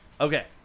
Okay